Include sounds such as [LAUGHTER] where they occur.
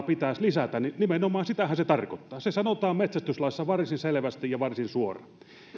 [UNINTELLIGIBLE] pitäisi lisätä niin nimenomaan sitähän se tarkoittaa se sanotaan metsästyslaissa varsin selvästi ja varsin suoraan